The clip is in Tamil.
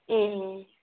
ம் ம்